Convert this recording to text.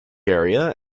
area